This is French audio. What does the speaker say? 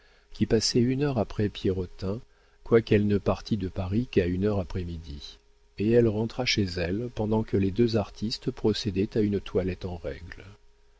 qui passait une heure après pierrotin quoiqu'elle ne partît de paris qu'à une heure après midi et elle rentra chez elle pendant que les deux artistes procédaient à une toilette en règle